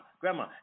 Grandma